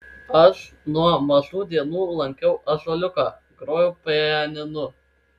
aš nuo mažų dienų lankiau ąžuoliuką grojau pianinu